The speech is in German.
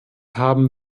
haben